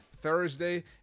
Thursday